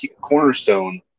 cornerstone